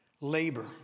labor